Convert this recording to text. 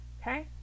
Okay